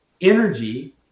energy